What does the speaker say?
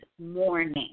morning